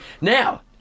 Now